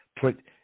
put